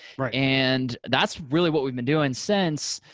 and that's really what we've been doing since.